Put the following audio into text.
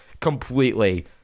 Completely